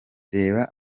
reba